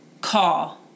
call